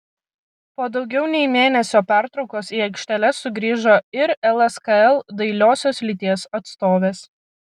po daugiau nei mėnesio pertraukos į aikšteles sugrįžo ir lskl dailiosios lyties atstovės